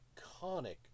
iconic